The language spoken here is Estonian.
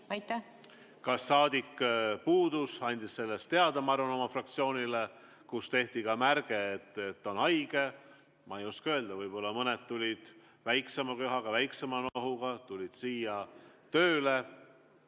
Kui saadik puudus, andis ta sellest teada, ma arvan, oma fraktsioonile, kus tehti märge, et ta on haige. Ma ei oska öelda, võib-olla mõned tulid väiksema köha või nohuga tööle.